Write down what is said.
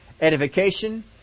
edification